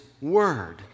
Word